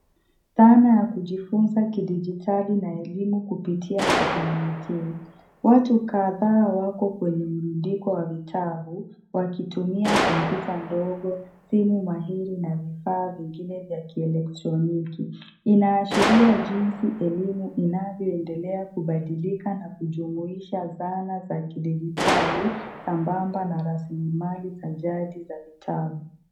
Dhana ya kujifunza kidijitali na elimu kupita teknolojia. Watu kadhaa wako kwenye mrundiko wa vitabu wakitumia kompyuta ndogo, simu mahiri na vifaa vingine vya kielektroniki. Inaashiria jinsi elimu inavyoendela kubadilika na kujumuisha zana za kidijitali sambamba na rasilimali za jadi za vitabu.